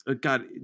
God